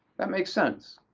that makes sense.